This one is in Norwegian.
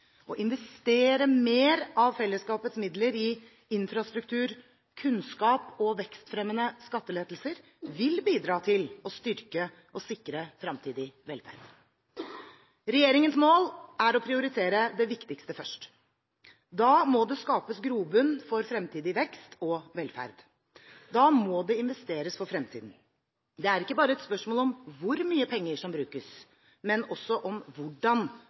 Å investere mer av fellesskapets midler i infrastruktur, kunnskap og vekstfremmende skattelettelser vil bidra til å styrke og sikre fremtidig velferd. Regjeringens mål er å prioritere det viktigste først. Da må det skapes grobunn for fremtidig vekst og velferd. Da må det investeres for fremtiden. Det er ikke bare et spørsmål om hvor mye penger som brukes, men også om hvordan